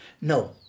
No